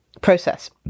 process